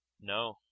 No